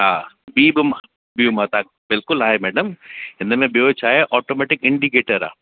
हा ॿीं बि मां बीहो मां तव्हांखे बिल्कुलु आहे मैडम हिन में ॿियों छाहे ऑटोमेटिक इंडिकेटर आहे